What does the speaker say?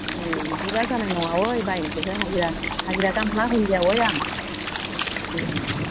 बिदिब्ला जानाय नङा अइ बाइ नोंसोरो हाजिरा हाजिरा खामला होलियालै आं